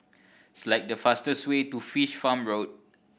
select the fastest way to Fish Farm Road